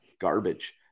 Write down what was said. garbage